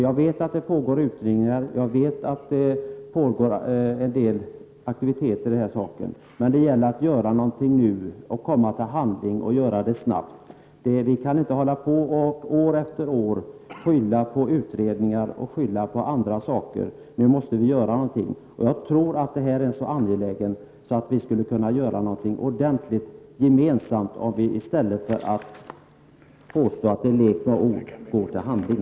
Jag vet att det pågår utredningar och en del aktiviteter på detta område, men det gäller att göra någonting nu, att komma till handling och göra det snabbt. Vi kan inte hålla på att år efter år skylla på utredningar och annat. Nu måste vi göra någonting. Detta är en så pass angelägen fråga att vi borde kunna göra något gemensamt. I stället för att påstå att det är en lek med ord borde vi gå till handling.